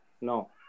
No